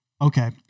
Okay